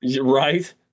Right